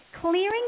clearing